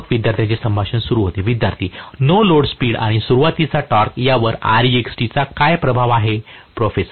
प्राध्यापक विद्यार्थ्यांचे संभाषण सुरू होते विद्यार्थीः नो लोड स्पीड आणि सुरुवातीचा टॉर्क यावर Rext चा काय प्रभाव आहे